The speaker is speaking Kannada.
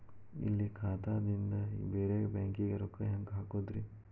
ಇಲ್ಲಿ ಖಾತಾದಿಂದ ಬೇರೆ ಬ್ಯಾಂಕಿಗೆ ರೊಕ್ಕ ಹೆಂಗ್ ಹಾಕೋದ್ರಿ?